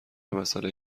مسئله